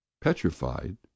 Petrified